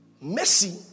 mercy